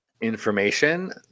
information